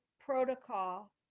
protocol